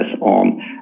on